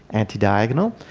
anti-diagonal,